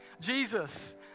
Jesus